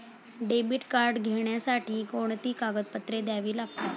Debit card घेण्यासाठी कोणती कागदपत्रे द्यावी लागतात?